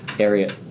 Area